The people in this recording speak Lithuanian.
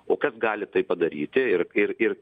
o kas gali tai padaryti ir ir ir